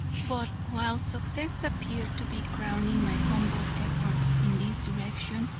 but while success appeared to be crowning my humble efforts in this direction,